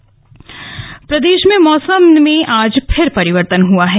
मौसम प्रदेश में मौसम में आज फिर परिवर्तन हुआ है